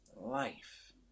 life